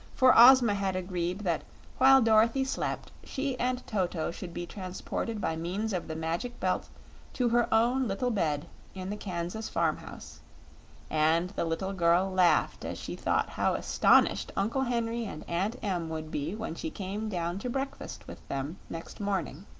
for ozma had agreed that while dorothy slept she and toto should be transported by means of the magic belt to her own little bed in the kansas farm-house and the little girl laughed as she thought how astonished uncle henry and aunt em would be when she came down to breakfast with them next morning.